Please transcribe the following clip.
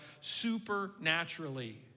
supernaturally